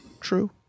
True